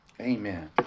amen